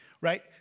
right